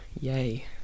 yay